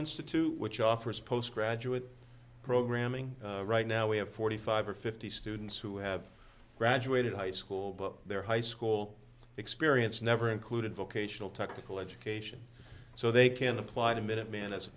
institute which offers post graduate programming right now we have forty five or fifty students who have graduated high school but their high school experience never included vocational technical education so they can apply to minuteman as a